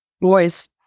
boys